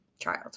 child